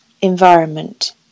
environment